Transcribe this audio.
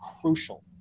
crucial